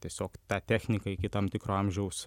tiesiog tą techniką iki tam tikro amžiaus